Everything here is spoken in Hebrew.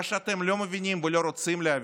מה שאתם לא מבינים ולא רוצים להבין,